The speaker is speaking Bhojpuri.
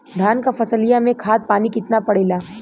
धान क फसलिया मे खाद पानी कितना पड़े ला?